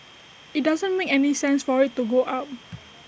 IT doesn't make any sense for IT to go up